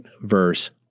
verse